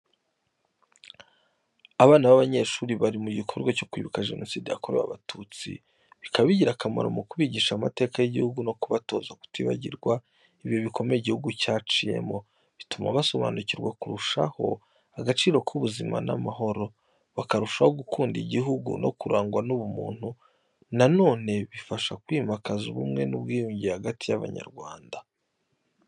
Abana b’abanyeshuri bari mu gikorwa cyo kwibuka Jenoside yakorewe Abatutsi, bikaba bigira akamaro mu kubigisha amateka y’igihugu no kubatoza kutibagirwa ibihe bikomeye igihugu cyaciyemo. Bituma basobanukirwa kurushaho agaciro k’ubuzima n’amahoro, bakarushaho gukunda igihugu no kurangwa n’ubumuntu. Na none bifasha kwimakaza ubumwe n’ubwiyunge hagati y’Abanyarwanda.